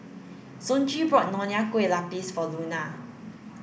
Sonji bought Nonya Kueh Lapis for Luna